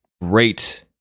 great